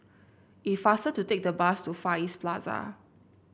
it faster to take the bus to Far East Plaza